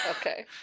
Okay